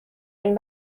این